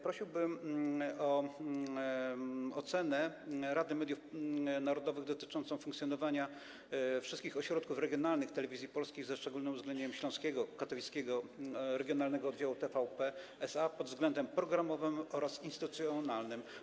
Prosiłbym o ocenę Rady Mediów Narodowych dotyczącą funkcjonowania wszystkich ośrodków regionalnych Telewizji Polskiej, ze szczególnym uwzględnieniem śląskiego, katowickiego regionalnego oddziału TVP SA pod względem programowym oraz instytucjonalnym.